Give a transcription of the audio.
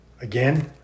again